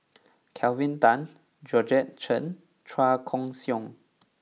Kelvin Tan Georgette Chen Chua Koon Siong